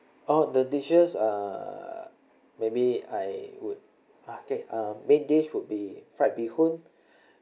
oh the dishes uh maybe I would uh okay uh main dish would be fried bee hoon